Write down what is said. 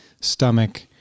stomach